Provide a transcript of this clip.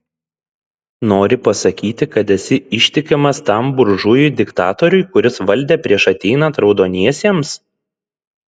nori pasakyti kad esi ištikimas tam buržujui diktatoriui kuris valdė prieš ateinant raudoniesiems